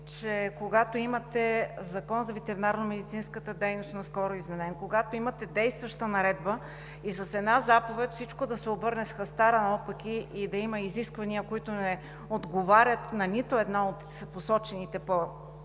че когато имате Закон за ветеринарномедицинската дейност, наскоро изменен, когато имате действаща наредба, с една заповед всичко да се обърне с хастара наопаки и да има изисквания, които не отговарят на нито едно от посочените от